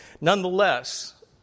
Nonetheless